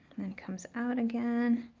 and then comes out again.